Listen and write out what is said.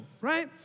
right